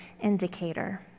indicator